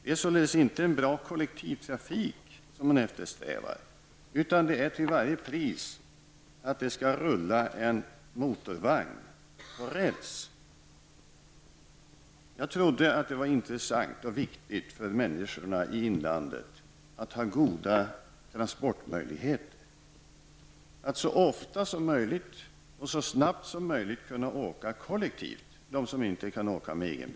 Det är således inte en bra kollektivtrafik som hon eftersträvar. Det gäller i stället att det till varje pris skall rulla en motorvagn på räls. Jag trodde att det var intressant och viktigt för människorna i inlandet att ha goda transportmöjligheter och att de som inte kan åka med egen bil skall kunna åka kollektivt så ofta och snabbt som möjligt.